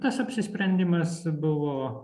tas apsisprendimas buvo